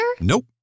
Nope